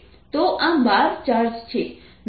તો આ 12 ચાર્જ છે